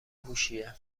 هوشیه